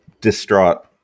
distraught